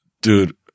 Dude